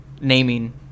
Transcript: naming